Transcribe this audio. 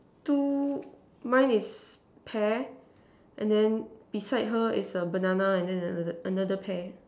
two mine is pear and then beside her is a banana and then another pear